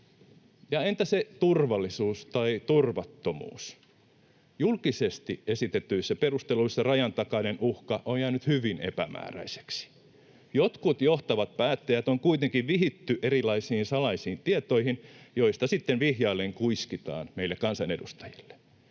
entä se turvallisuus tai turvattomuus? Julkisesti esitetyissä perusteluissa rajantakainen uhka on jäänyt hyvin epämääräiseksi. Jotkut johtavat päättäjät on kuitenkin vihitty erilaisiin salaisiin tietoihin, joista sitten vihjaillen kuiskitaan meille kansanedustajille.